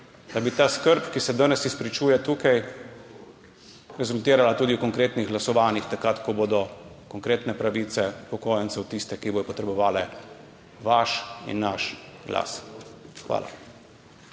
da bi ta skrb, ki se danes tukaj izpričuje, rezultirala tudi v konkretnih glasovanjih, takrat, ko bodo konkretne pravice upokojencev tiste, ki bodo potrebovale vaš in naš glas. Hvala.